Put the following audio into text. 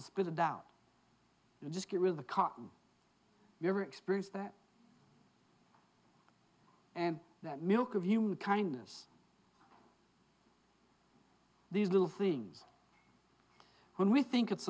to spit it out and just get rid of the cotton you ever experience that and that milk of human kindness these little things when we think it's